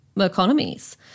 economies